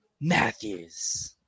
Matthews